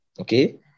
Okay